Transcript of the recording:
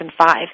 2005